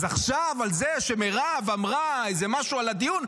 אז עכשיו על זה שמירב אמרה איזה משהו על הדיון,